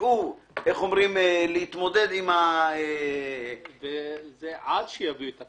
שידעו להתמודד עם --- עד שיביאו את הפתרון.